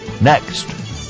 Next